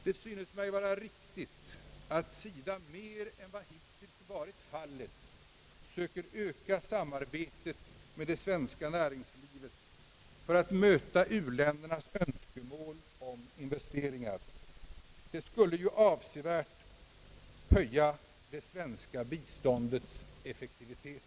Det synes mig vara riktigt att SIDA mer än vad hittills har varit fallet söker öka samarbetet med det svenska näringslivet för att möta u-ländernas önskemål om investeringar. Det skulle ju avsevärt höja det svenska biståndets effektivitet.